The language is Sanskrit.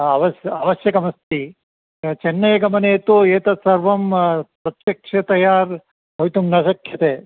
अवश् आवश्यकमस्ति चेन्नैगमने तु एतत्सर्वं प्रत्यक्षतया भवितुं न शक्यते